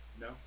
No